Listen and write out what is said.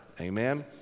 Amen